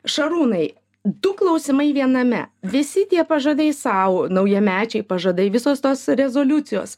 šarūnai du klausimai viename visi tie pažadai sau naujamečiai pažadai visos tos rezoliucijos